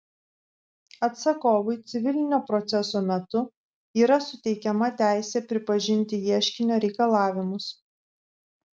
atsakovui civilinio proceso metu yra suteikiama teisė pripažinti ieškinio reikalavimus